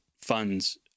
funds